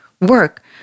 work